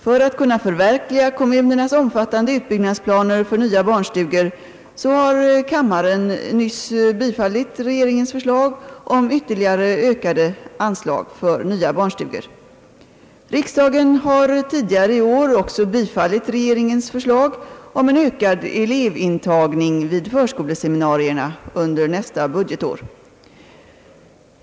För att kunna förverkliga kommunernas omfattande utbyggnadsplaner för nya barnstugor har kammaren nyss bifallit regeringens förslag om ytterligare ökade anslag härför. Riksdagen har tidigare i år också bifallit regeringens förslag om en ökad elevintagning vid förskoleseminarierna under nästa budgetår.